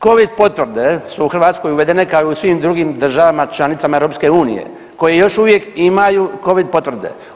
Covid potvrde su u Hrvatskoj uvedene kao i u svim drugim državama članicama EU koji još uvijek imaju covid potvrde.